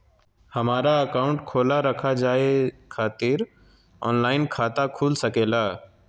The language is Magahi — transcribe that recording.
हमारा अकाउंट खोला रखा जाए खातिर ऑनलाइन खाता खुल सके ला?